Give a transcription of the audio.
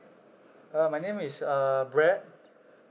uh my name is uh brad